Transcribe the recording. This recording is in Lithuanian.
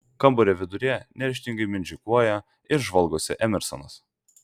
kambario viduryje neryžtingai mindžikuoja ir žvalgosi emersonas